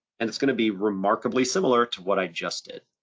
and it's gonna be remarkably similar to what i just did.